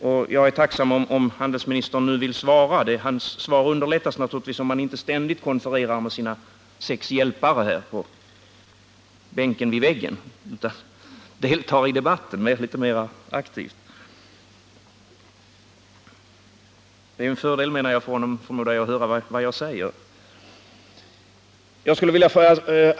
— Eftersom jag vore tacksam om handelsministern ville svara på det som jag tar upp, vill jag säga, att det kanske vore underlättande för honom om han inte just nu konfererade med sina sex medhjälpare på statssekreterarbänken. Det är förmodligen en fördel för honom att höra vad jag säger.